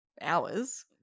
hours